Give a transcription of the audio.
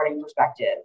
perspective